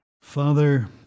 Father